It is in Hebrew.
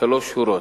שלוש שורות.